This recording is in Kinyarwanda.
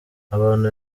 abantu